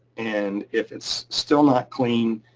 and if it's still not clean,